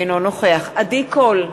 אינו נוכח עדי קול,